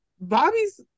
Bobby's